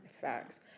Facts